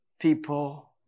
people